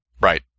Right